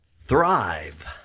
Thrive